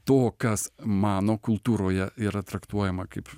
to kas mano kultūroje yra traktuojama kaip